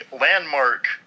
landmark